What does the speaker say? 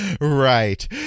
Right